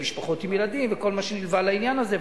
במשפחות עם ילדים וכל מה שנלווה לעניין הזה.